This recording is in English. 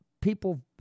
people